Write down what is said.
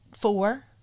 four